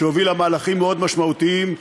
שהובילה מהלכים מאוד משמעותיים,